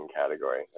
category